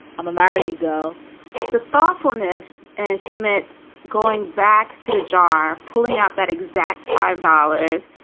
i'm a marry, you go the thoughtfulness and schmidt going back to the jar, pulling out that exact five dollars,